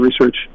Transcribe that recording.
research